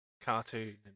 cartoon